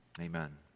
Amen